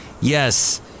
yes